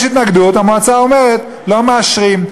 יש התנגדות, המועצה אומרת: לא מאשרים.